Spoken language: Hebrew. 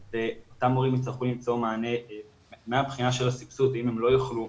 ואותם הורים יצטרכו למצוא מענה גם מהבחינה של הסבסוד ואם הם לא יוכלו